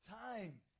time